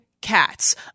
cats